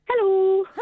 Hello